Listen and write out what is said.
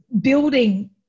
building